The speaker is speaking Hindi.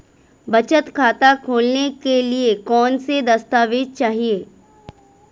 बचत खाता खोलने के लिए कौनसे दस्तावेज़ चाहिए?